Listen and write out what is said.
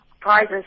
prizes